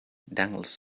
dangles